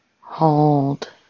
Hold